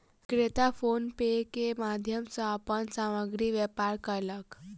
विक्रेता PhonePe के माध्यम सॅ अपन सामग्रीक व्यापार कयलक